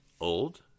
old